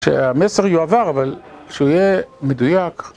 שהמסר יועבר, אבל שהוא יהיה מדויק.